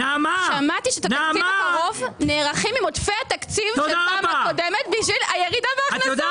שמעתי שנערכים עם עודפי התקציב מהפעם הקודמת בשביל הירידה בהכנסות.